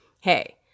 hey